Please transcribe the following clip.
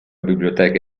biblioteca